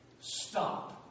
stop